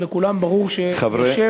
שלכולם ברור שיושב,